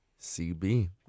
CB